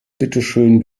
bitteschön